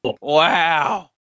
Wow